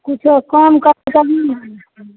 किछु कम करब तहन ने